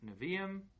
neviim